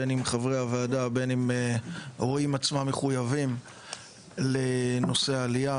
בין אם חברי הוועדה ובין אם רואים עצמם מחויבים לנושא העלייה.